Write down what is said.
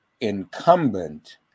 incumbent